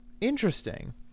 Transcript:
Interesting